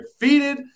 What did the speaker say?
defeated